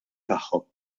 tagħhom